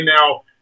now